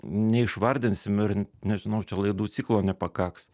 neišvardinsim ir nežinau čia laidų ciklo nepakaks